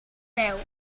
veu